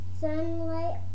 sunlight